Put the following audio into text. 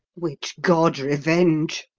which god revenge!